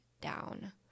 down